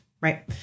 right